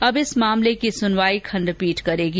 अब इस मामले की सुनवाई खंडपीठ करेगी